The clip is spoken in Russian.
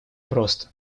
просто